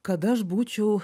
kad aš būčiau